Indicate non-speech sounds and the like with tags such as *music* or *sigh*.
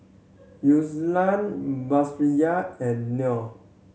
*unintelligible* Batrisya and Noh